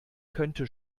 könnte